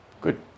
Good